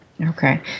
Okay